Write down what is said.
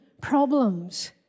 problems